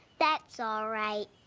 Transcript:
that's all right.